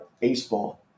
baseball